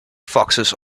foxes